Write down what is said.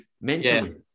mentally